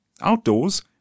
outdoors